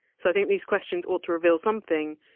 so i think these questions ought to reveal something,